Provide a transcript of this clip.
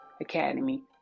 academy